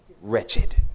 Wretched